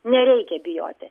nereikia bijoti